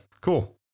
cool